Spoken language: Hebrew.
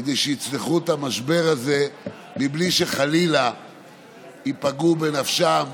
כדי שיצלחו את המשבר הזה מבלי שחלילה ייפגעו בנפשם